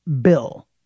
bill